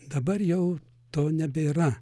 dabar jau to nebėra